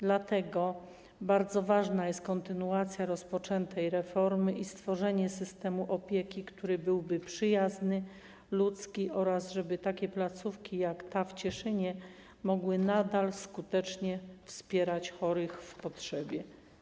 Dlatego bardzo ważna jest kontynuacja rozpoczętej reformy i stworzenie systemu opieki, który byłby przyjazny i ludzki oraz to, żeby takie placówki jak ta w Cieszynie mogły nadal skutecznie wspierać chorych w potrzebie.